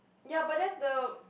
ya but that's the